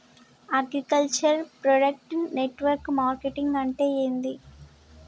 Agriculture product network marketing అంటే ఏంది?